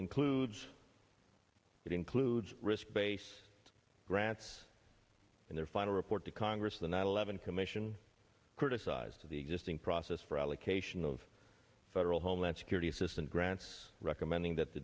includes that includes risk base rats and their final report to congress the nine eleven commission criticized the existing process for allocation of federal homeland security assistance grants recommending that the